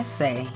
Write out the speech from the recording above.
say